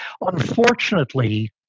Unfortunately